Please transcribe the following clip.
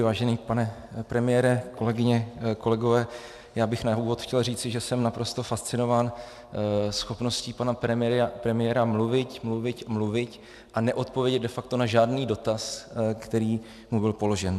Vážený pane premiére, kolegyně, kolegové, já bych na úvod chtěl říci, že jsem naprosto fascinován schopností pana premiéra mluviť, mluviť, mluviť a neodpovědět de facto na žádný dotaz, který mu byl položen.